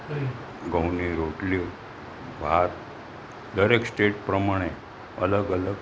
ઘઉંની રોટલી ભાત દરેક સ્ટેટ પ્રમાણે અલગ અલગ